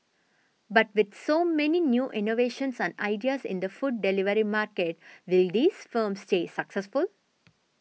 but with so many new innovations and ideas in the food delivery market will these firms stay successful